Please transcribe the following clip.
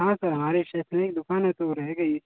हाँ सर हमारी स्टेशनरी की दुकान है तो वो रहेगा ही